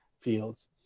fields